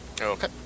Okay